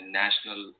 national